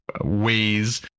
ways